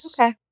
Okay